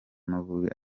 amavubi